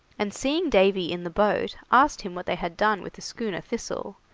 and seeing davy in the boat, asked him what they had done with the schooner thistle,